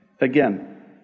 Again